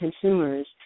consumers